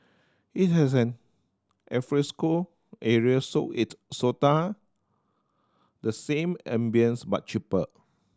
it has an alfresco area so it sorta the same ambience but cheaper